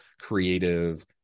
creative